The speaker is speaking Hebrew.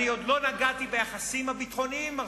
אני עוד לא נגעתי ביחסים הביטחוניים עם ארצות-הברית.